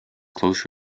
close